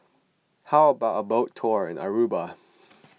how about a boat tour in Aruba